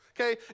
okay